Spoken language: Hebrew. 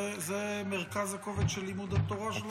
זה מרכז הכובד של לימוד התורה שלנו?